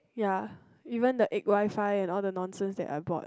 ya even the egg Wi-Fi and all the nonsense that I bought